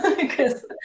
because-